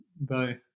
Bye